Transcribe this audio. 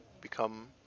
become